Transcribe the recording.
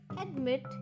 Admit